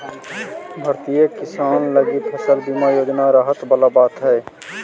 भारतीय किसान लगी फसल बीमा योजना राहत वाला बात हइ